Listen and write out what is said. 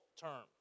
term